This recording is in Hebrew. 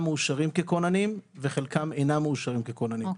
מאושרים ככוננים וחלקם אינם מאושרים ככוננים.